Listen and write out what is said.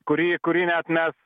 kurį kurį net mes